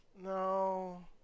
no